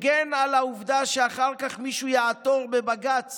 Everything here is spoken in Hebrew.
הגן על העובדה שאחר כך מישהו יעתור בבג"ץ